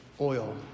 oil